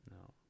No